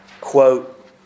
quote